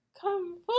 Come